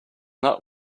not